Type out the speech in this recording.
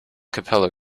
capella